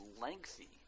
lengthy